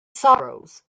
sorrows